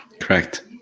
Correct